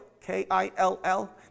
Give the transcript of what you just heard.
K-I-L-L